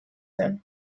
zen